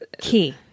key